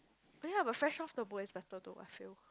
oh yea but fresh-off-the-boat better to I feel